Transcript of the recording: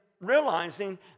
realizing